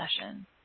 session